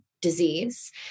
disease